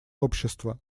общества